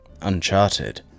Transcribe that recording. Uncharted